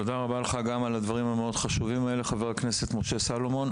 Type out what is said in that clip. תודה רבה לך חבר הכנסת משה סלומון,